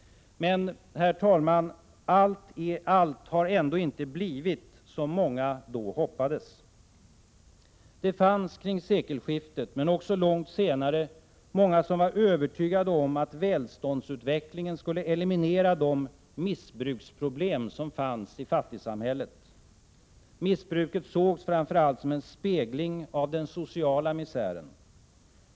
Men, herr talman, allt har ändå inte blivit som många av dem hoppades. Det fanns kring sekelskiftet, men också långt senare, många som var övertygade om att välståndsutvecklingen skulle eliminera de missbruksproblem som fanns i fattigsamhället. Missbruket sågs framför allt som en spegling av den sociala misären.